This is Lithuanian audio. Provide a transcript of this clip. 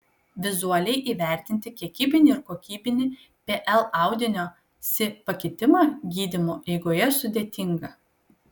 vizualiai įvertinti kiekybinį ir kokybinį pl audinio si pakitimą gydymo eigoje sudėtinga